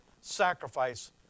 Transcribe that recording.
sacrifice